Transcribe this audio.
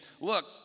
look